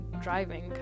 driving